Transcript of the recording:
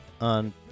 on